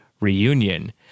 Reunion